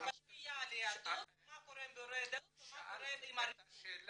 משפיעה על יהדות ומה קורה עם בירורי יהדות ומה קורה עם הרישום.